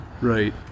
Right